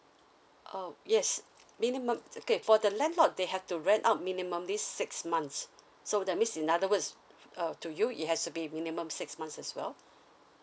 um yes minimum okay for the landlord they have to rent out minimum this six months so that means in other words uh to you it has to be minimum six months as well